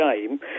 game